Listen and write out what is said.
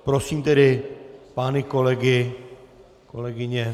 Prosím tedy pány kolegy, kolegyně...